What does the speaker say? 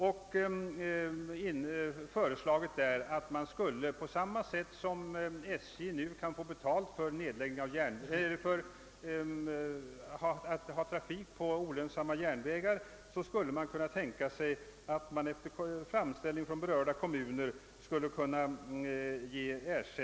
Enligt utskottets mening bör det övervägas huruvida inte ersättningen för drift av olönsamma järnvägslinjer bör utsträckas att gälla även sådana olönsamma järnvägsstationer som Kungl. Maj:t efter framställning från berörda kommuner finner böra bibehållas.